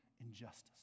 injustice